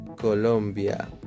Colombia